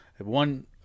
one